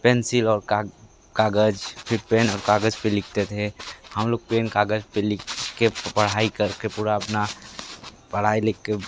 pencil और कागज़ फिर पेन और कागज़ पर लिखते थे हम लोग पेन कागज़ पर लिख के पढ़ाई कर के पूरा अपना पढ़ाई लिख